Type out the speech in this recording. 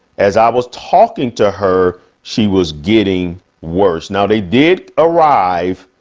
as i was talking to her, she was getting worse. now they did arrive,